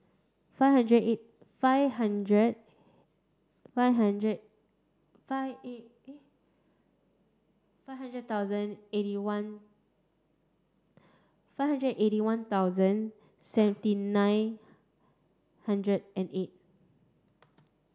five hundred eight five hundred five hundred five eight eight five hundred thousand eighty one five hundred eighty one thousand seventy nine hundred and eight